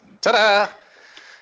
Ta-da